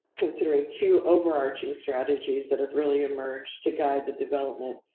considering two overarching strategies that have really emerged to guide the development